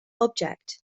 object